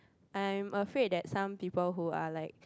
I'm afraid that some people who are like